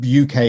uk